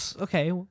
okay